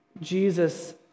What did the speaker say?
Jesus